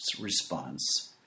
response